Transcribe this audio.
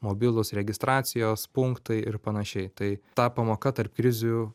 mobilūs registracijos punktai ir panašiai tai ta pamoka tarp krizių